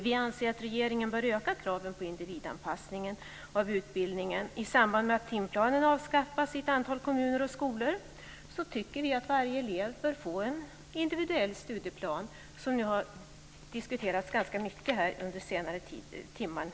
Vi anser att regeringen bör öka kraven på individanpassning av utbildningen i samband med att timplanen avskaffas i ett antal kommuner och skolor. Varje elev bör få en individuell studieplan, vilket ju har diskuterats ganska mycket här under den senaste timmen.